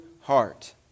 heart